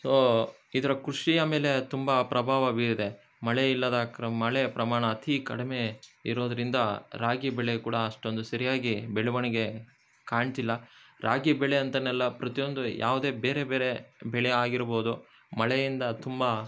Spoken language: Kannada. ಸೊ ಈ ಥರ ಕೃಷಿಯ ಮೇಲೆ ತುಂಬ ಪ್ರಭಾವ ಬೀರಿದೆ ಮಳೆ ಇಲ್ಲದ ಕ್ರಮ ಮಳೆ ಪ್ರಮಾಣ ಅತೀ ಕಡಿಮೆ ಇರೋದರಿಂದ ರಾಗಿ ಬೆಳೆ ಕೂಡ ಅಷ್ಟೊಂದು ಸರಿಯಾಗಿ ಬೆಳವಣಿಗೆ ಕಾಣ್ತಿಲ್ಲ ರಾಗಿ ಬೆಳೆ ಅಂತನೇ ಅಲ್ಲ ಪ್ರತಿಯೊಂದು ಯಾವುದೇ ಬೇರೆ ಬೇರೆ ಬೆಳೆ ಆಗಿರ್ಬೌದು ಮಳೆಯಿಂದ ತುಂಬ